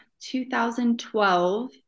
2012